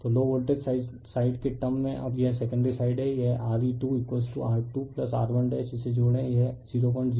तो low voltage side के term में अब यह सेकेंडरी साइड है यह RE2R2R1 इसे जोड़ें यह 00525Ω हैं